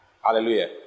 Hallelujah